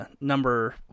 number